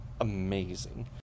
amazing